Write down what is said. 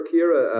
Kira